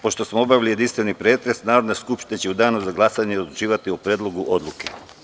Pošto smo obavili jedinstveni pretres, Narodna skupština će u danu za glasanje odlučivati o Predlogu odluke.